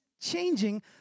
changing